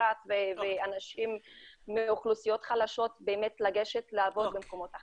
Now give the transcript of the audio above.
בפרט ואנשים מאוכלוסיות חלשות באמת לעבוד במקומות אחרים.